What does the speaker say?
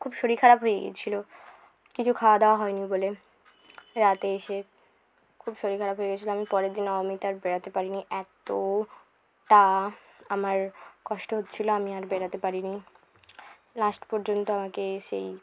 খুব শরীর খারাপ হয়ে গিয়েছিলো কিছু খাওয়া দাওয়া হয়নি বলে রাতে এসে খুব শরীর খারাপ হয়ে গিয়েছিলো আমি পরের দিন নবমীতে আর বেড়াতে পারিনি এতোটা আমার কষ্ট হচ্ছিলো আমি আর বেড়াতে পারিনি লাস্ট পর্যন্ত আমাকে সেই